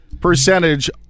percentage